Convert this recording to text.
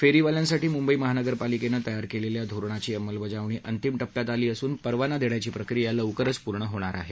फेरीवाल्यांसाठी मुंबई महानगरपालिकेनं तयार केलेल्या धोरणाची अंमलबजावणी अंतिम टप्प्यात आली असून परवाना देण्याची प्रक्रिया लवकरच पूर्ण होणार आहे